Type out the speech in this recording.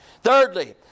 Thirdly